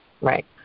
Right